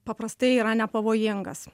paprastai yra nepavojingas